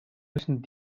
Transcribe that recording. müssen